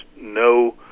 no